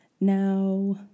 Now